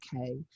okay